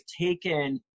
taken